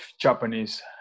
Japanese